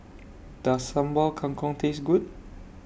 Does Sambal Kangkong Taste Good